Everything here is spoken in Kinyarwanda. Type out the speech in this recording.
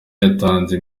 yatanze